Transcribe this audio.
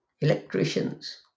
electricians